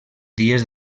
dies